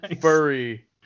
Furry